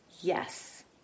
Yes